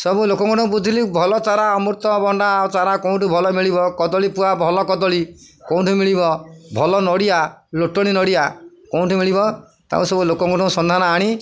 ସବୁ ଲୋକଙ୍କଠ ବୁଝିଲି ଭଲ ଚାରା ଅମୃତଭଣ୍ଡା ଆଉ ଚାରା କେଉଁଠୁ ଭଲ ମିଳିବ କଦଳୀ ପୁଆ ଭଲ କଦଳୀ କେଉଁଠୁ ମିଳିବ ଭଲ ନଡ଼ିଆ ଲୋଟଣୀ ନଡ଼ିଆ କେଉଁଠୁ ମିଳିବ ତାକୁ ସବୁ ଲୋକଙ୍କଠୁ ସନ୍ଧାନ ଆଣି